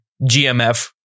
GMF